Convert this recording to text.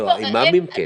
אימאמים כן.